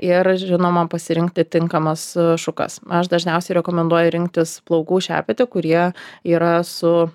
ir žinoma pasirinkti tinkamas šukas aš dažniausiai rekomenduoju rinktis plaukų šepetį kurie yra su